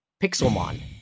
Pixelmon